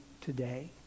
today